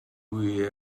mwy